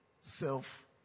self